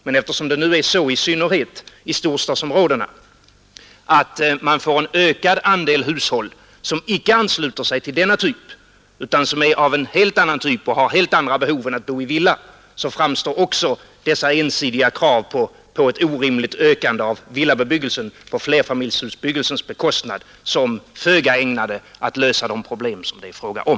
Men eftersom det är så, i synnerhet i storstadsområdena, att man får en ökad andel hushåll som icke ansluter sig till denna typ utan som är av en helt annan typ och har helt andra behov än att bo i villa framstår också dessa entydiga krav på ett orimligt ökande av villabebyggelsen på flerfamiljsbebyggelsens bekostnad som föga ägnade att lösa de problem som det är frågan om.